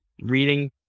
reading